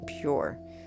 pure